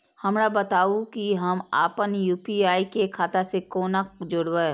हमरा बताबु की हम आपन यू.पी.आई के खाता से कोना जोरबै?